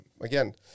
again